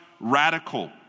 radical